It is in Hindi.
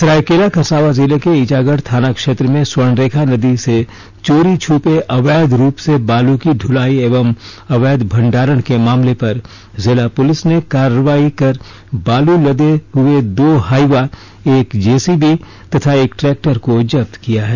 सरायकेला खरसांवा जिले के ईचागढ़ थाना क्षेत्र में स्वर्णरेखा नदी से चोरी छूपे अवैध रूप से बालू की ढुलाई एवं अवैध भंडारण के मामले पर जिला पुलिस ने कार्रवाई करबालू लदे हुए दो हाईवा एक जेसीबी तथा एक ट्रैक्टर को जब्त किया है